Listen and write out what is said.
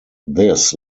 this